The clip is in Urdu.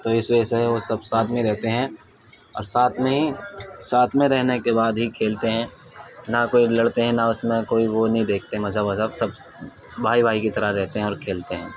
تو اس وجہ سے وہ سب ساتھ میں رہتے ہیں اور ساتھ میں ہی ساتھ میں رہنے کے بعد ہی کھیلتے ہیں نہ کوئی لڑتے ہیں نہ اس میں کوئی وہ نہیں دیکھتے مذہب وذہب سب بھائی بھائی کی طرح رہتے ہیں اور کھیلتے ہیں